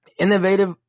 innovative